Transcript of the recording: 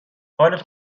حالت